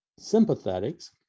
sympathetics